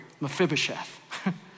Mephibosheth